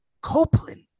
Copeland